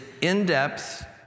in-depth